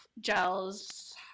gels